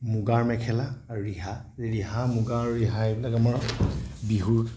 মুগাৰ মেখেলা আৰু ৰিহা ৰিহা মুগা আৰু ৰিহা এইবিলাক আমাৰ বিহুৰ